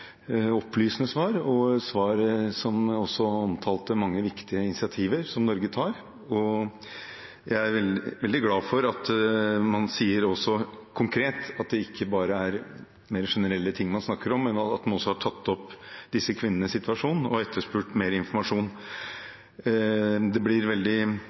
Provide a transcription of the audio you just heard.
opplysende svar, et svar som også omtalte mange viktige initiativer som Norge tar. Jeg er veldig glad for at man sier konkret at det ikke bare er mer generelle ting man snakker om, men at man også har tatt opp disse kvinnenes situasjon og etterspurt mer informasjon. Det blir veldig